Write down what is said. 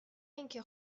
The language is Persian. اینکه